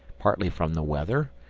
partly from the weather,